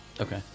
Okay